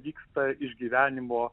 vyksta išgyvenimo